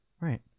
Right